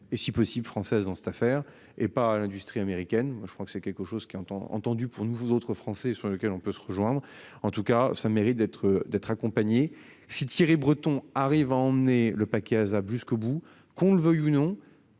et si possible française dans cette affaire et pas l'industrie américaine. Je crois que c'est quelque chose qui ont tant entendu pour nous vous autres Français sur lequel on peut se rejoindre, en tout cas, ça mérite d'être, d'être accompagnés. Si Thierry Breton arrive emmener le paquet jusqu'au bout qu'on le veuille ou non